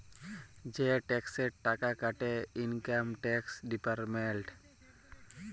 যে টেকসের টাকা কাটে ইলকাম টেকস ডিপার্টমেল্ট